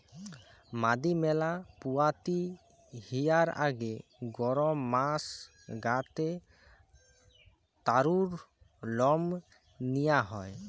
মাদি ম্যাড়া পুয়াতি হিয়ার আগে গরম মাস গা তে তারুর লম নিয়া হয়